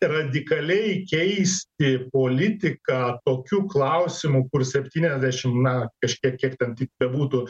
radikaliai keisti politiką tokiu klausimu kur septyniasdešim na kažkiek kiek ten bebūtų